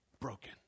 broken